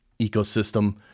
ecosystem